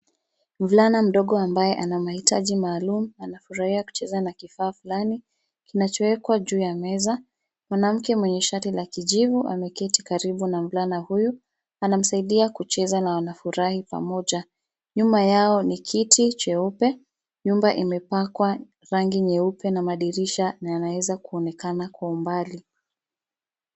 Mvulana mdogo ambaye ana mahitaji maalumu anafurahia kucheza na kifaa fulani kinachowekwa juu ya meza. Mwanamke mwenye shati la kijivu ameketi karibu na mvulana huyo anamsaidia kucheza na wanafurahi pamoja. Nyuma yao ni kiti cheupe. Nyumba imepakwa rangi nyeupe na madirisha na yanaweza kuonekana kwa umbali.